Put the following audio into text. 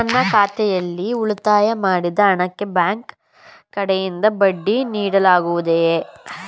ನನ್ನ ಖಾತೆಯಲ್ಲಿ ಉಳಿತಾಯ ಮಾಡಿದ ಹಣಕ್ಕೆ ಬ್ಯಾಂಕ್ ಕಡೆಯಿಂದ ಬಡ್ಡಿ ನೀಡಲಾಗುತ್ತದೆಯೇ?